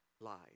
lied